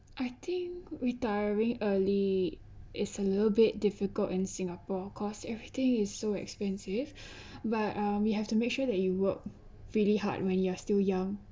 I think retiring early is a little bit difficult in singapore because everything is so expensive but uh we have to make sure that you worked really hard when you're still young